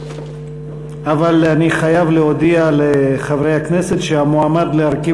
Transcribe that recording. אבל אני חייב להודיע לחברי הכנסת שהמועמד להרכיב